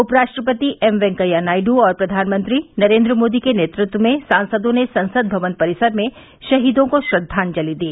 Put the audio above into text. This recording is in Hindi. उपराष्ट्रपति एम वेंकैया नायडू और प्रधानमंत्री नरेन्द्र मोदी के नेतृत्व में सांसदों ने संसद भवन परिसर में शहीदों को श्रद्वांजलि दी